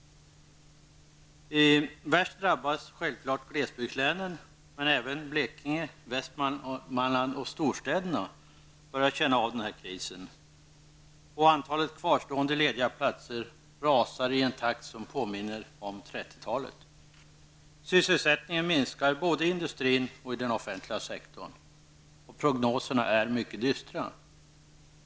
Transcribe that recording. Värst drabbas självklart glesbygdslänen, men även Blekinge, Västmanland och storstäderna börjar känna av krisen. Antalet kvarstående lediga platser rasar i en takt som påminner om 30-talet. Sysselsättningen minskar både i industrin och inom den offentliga sektorn. Prognoserna är mycket dystra.